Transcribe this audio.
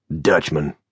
Dutchman